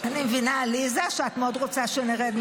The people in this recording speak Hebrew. אני מבינה, עליזה, שאת מאוד רוצה שאני ארד.